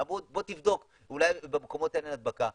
בוא תבדוק, אולי במקומות האלה אין הדבקה?